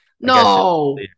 No